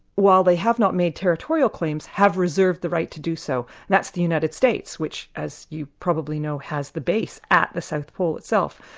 while they have not made territorial claims, have reserved the right to do so. and that's the united states, which as you probably know has the base at the south pole itself.